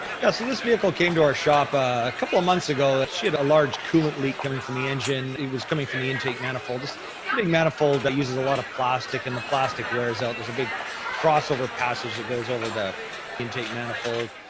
yeah. so this vehicle came to our shop a couple of months ago. she had a large coolant leak coming from the engine. it was coming from the intake manifold, just anything manifold uses a lot of plastic and the plastic wears out. there's a big crossover passage that goes over the intake manifold.